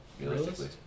realistically